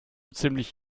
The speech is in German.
ziemlich